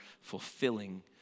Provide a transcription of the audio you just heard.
fulfilling